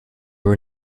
were